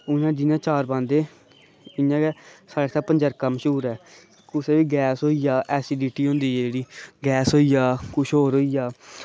एह्दा जियां आचार पांदे इंया गै साढ़े पंजरका मशहूर ऐ कुसै गी बी गैस होई जा एसीडीटी होंदी जेह्ड़ी गैस होई जा कुछ होर होई जा